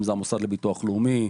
אם זה המוסד לביטוח לאומי,